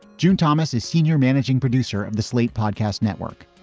june thomas is senior managing producer of the slate podcast network.